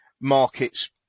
markets